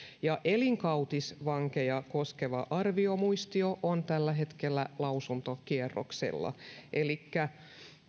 ja elinkautisvankeja koskeva arviomuistio on tällä hetkellä lausuntokierroksella elikkä